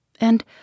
and